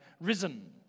risen